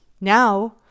Now